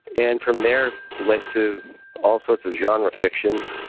and from there led to all sorts of genre fiction,